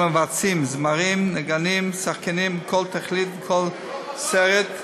נגנים ושחקנים בכל תקליט ובכל סרט,